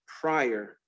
prior